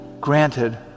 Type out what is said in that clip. granted